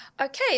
okay